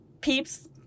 peeps